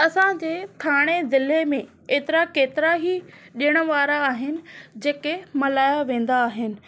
असांजे थाणे ज़िले में हेतिरा केतिरा ही ॾिण वारा आहिनि जेके मल्हाया वेंदा आहिनि